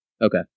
Okay